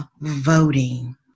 voting